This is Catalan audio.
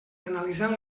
analitzant